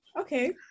Okay